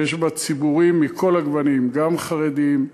שיש בה ציבורים מכל הגוונים, גם חרדים,